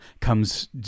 comes